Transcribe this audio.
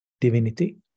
divinity